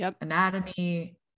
anatomy